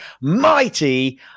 mighty